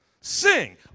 Sing